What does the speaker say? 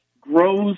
grows